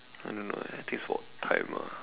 and then like I thing it's about time lah